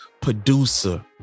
producer